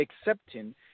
accepting